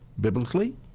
biblically